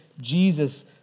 Jesus